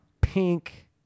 pink